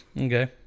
Okay